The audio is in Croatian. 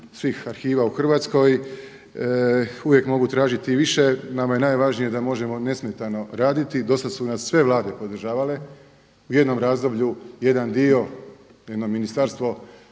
svih arhiva u Hrvatskoj. Uvijek mogu tražiti više, nama je najvažnije da možemo nesmetano raditi. Do sada su nas sve vlade podržavale, u jednom razdoblju jedan dio jedno ministarstvo